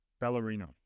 ballerina